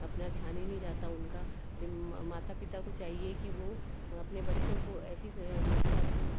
अपना ध्यान ही नहीं जाता उनका तब माता पिता को चाहिए कि वो अपने बच्चों को ऐसी मतलब